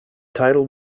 title